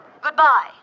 Goodbye